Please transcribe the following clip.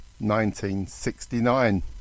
1969